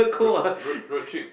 road road road trip